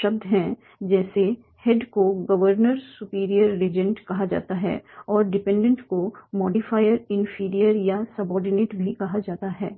शब्द हैं जैसे हेड को गवर्नर सुपीरियर रीजेंट कहा जा सकता है और डिपेंडेंट को मॉडिफाइर इनफीरियर या सबोर्डिनेट भी कहा जा सकता है